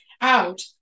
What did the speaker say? out